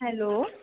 hello